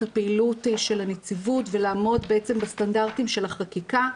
הפעילות של הנציבות ולעמוד בסטנדרטים של החקיקה,